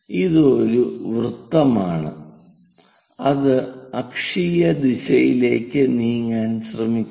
ഇത് ഒരു വൃത്തമാണ് അത് അക്ഷീയ ദിശയിലേക്ക് നീങ്ങാൻ ശ്രമിക്കുന്നു